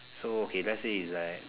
so okay let's say is like